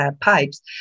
pipes